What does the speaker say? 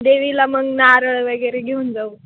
देवीला मग नारळ वगैरे घेऊन जाऊ